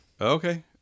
Okay